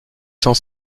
cent